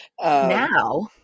Now